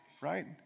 Right